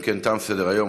אם כן, תם סדר-היום.